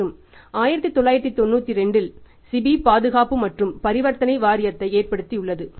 மற்றும் 1992 SEBI பாதுகாப்பு மற்றும் பரிவர்த்தனை வாரியத்தை ஏற்படுத்தியுள்ளது